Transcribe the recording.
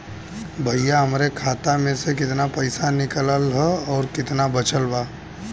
भईया हमरे खाता मे से कितना पइसा निकालल ह अउर कितना बचल बा?